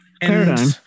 paradigm